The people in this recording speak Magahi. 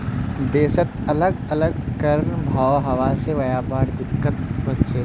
देशत अलग अलग कर भाव हवा से व्यापारत दिक्कत वस्छे